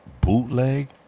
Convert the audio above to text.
bootleg